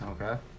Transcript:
Okay